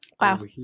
Wow